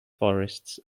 forests